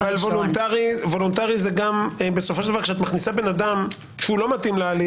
אבל כשאת מכניסה להליך אדם שלא מתאים לו,